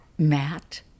Matt